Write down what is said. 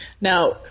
now